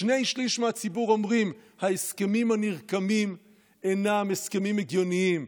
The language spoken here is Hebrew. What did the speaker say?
שני-שלישים מהציבור אומרים שההסכמים הנרקמים אינם הסכמים הגיוניים,